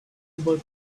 over